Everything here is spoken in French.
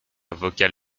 vocal